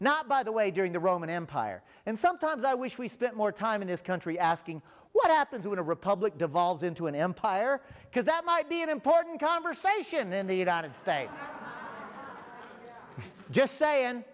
not by the way during the roman empire and sometimes i wish we spent more time in this country asking what happens when a republic devolves into an empire because that might be an important conversation in the united states just say